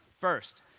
First